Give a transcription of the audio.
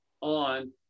on